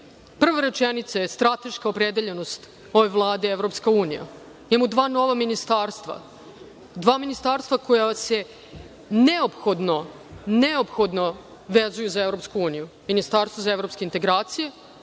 prvu rečenicu – strateška opredeljenost ove Vlade je EU. Imamo dva nova ministarstva, dva ministarstva koja se neophodno vezuju za EU – Ministarstvo za evropske integracije,